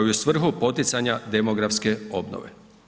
u svrhu poticanja demografske obnove.